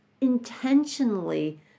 intentionally